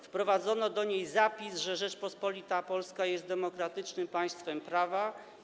Wprowadzono w niej zapis stanowiący, że Rzeczpospolita Polska jest demokratycznym państwem prawa.